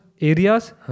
areas